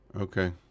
okay